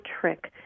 trick